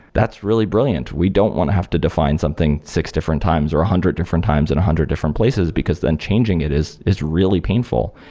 that's really brilliant. we don't want to have to define something six different times, or a hundred different times in a hundred different places, because then changing it is is really painful.